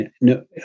no